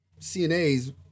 CNAs